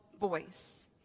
voice